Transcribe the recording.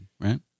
Right